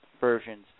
versions